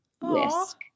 whisk